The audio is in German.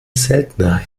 seltenheit